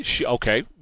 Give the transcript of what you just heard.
okay